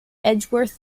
edgeworth